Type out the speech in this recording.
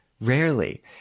Rarely